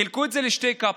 חילקו את זה לשתי קפסולות.